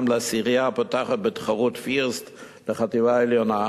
לעשירייה הפותחת בתחרות FIRST לחטיבה עליונה,